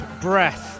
Breath